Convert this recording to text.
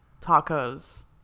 tacos